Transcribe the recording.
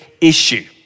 issue